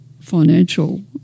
financial